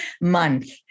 month